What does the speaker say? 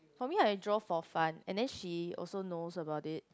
for me I will draw for fun and then she also knows about it